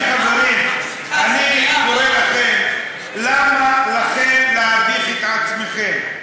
חברים, אני קורא לכם: למה לכם להביך את עצמכם?